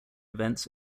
events